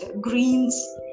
greens